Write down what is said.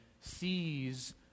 sees